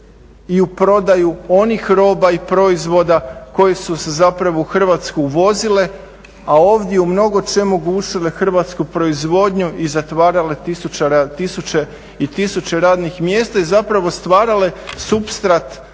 i u prodaju onih roba i proizvoda koje su se zapravo u Hrvatsku uvozile a ovdje u mnogočemu gušile hrvatsku proizvodnju i zatvarale tisuće i tisuće radnih mjesta i zapravo stvarale supstrat